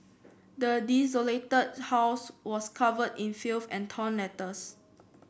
the desolated house was covered in filth and torn letters